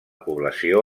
població